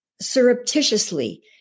surreptitiously